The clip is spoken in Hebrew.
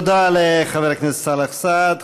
תודה לחבר הכנסת סאלח סעד.